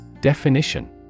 Definition